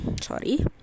sorry